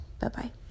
bye-bye